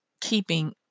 keeping